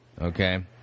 okay